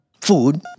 food